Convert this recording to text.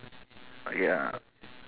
ya